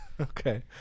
Okay